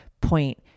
point